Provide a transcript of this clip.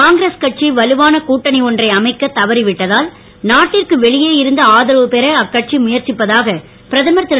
காய்கிரஸ் கட்சி வலுவான கூட்டணி ஒன்றை அமைக்க தவறிவிட்டதால் நாட்டிற்கு வெளியே இருந்து ஆதரவு பெற அக்கட்சி முயற்சிப்பதாக பிரதமர் திரு